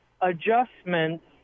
adjustments